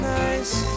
nice